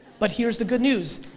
but here's the good news,